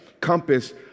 compass